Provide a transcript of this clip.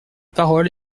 parole